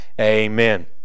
amen